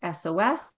SOS